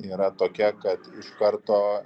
yra tokia kad iš karto